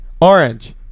Orange